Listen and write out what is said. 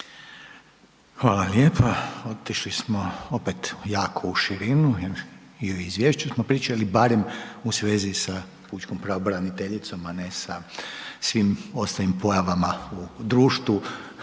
Hvala lijepa. Otišli smo opet jako u širinu i u izvješću smo pričali barem u svezi sa pučkom pravobraniteljicom, a ne sa svim ostalim pojavama u društvu